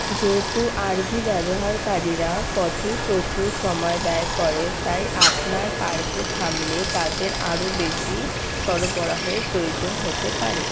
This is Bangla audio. যেহেতু আরভি ব্যবহারকারীরা পথেই প্রচুর সময় ব্যয় করে তাই আপনার পার্কে থামলে তাদের আরও বেশি সরবরাহের প্রয়োজন হতে পারে